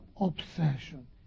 obsession